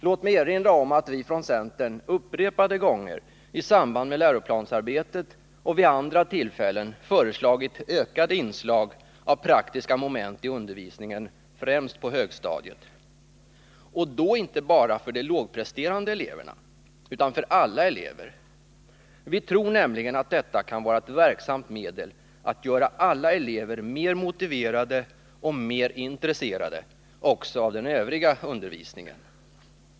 Låt mig erinra om att vi centerpartister upprepade gånger, i samband med läroplansarbetet och vid andra tillfällen, har föreslagit en ökning av inslagen av praktiska moment i undervisningen, främst på högstadiet, och då inte bara för de lågpresterande eleverna utan för alla elever. Vi tror nämligen att detta kan vara ett verksamt medel att göra alla elever mer motiverade och mer intresserade också av den övriga undervisningen.